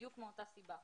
בדיוק מאותה סיבה.